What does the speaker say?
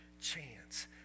chance